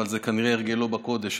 אבל זה כנראה הרגלו בקודש,